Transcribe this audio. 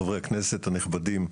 חברי הכנסת הנכבדים.